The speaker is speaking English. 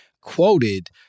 quoted